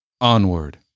Onward